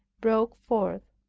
broke forth.